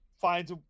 Finds